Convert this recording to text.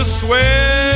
swear